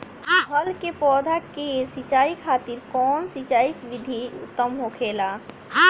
फल के पौधो के सिंचाई खातिर कउन सिंचाई विधि उत्तम होखेला?